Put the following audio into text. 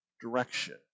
direction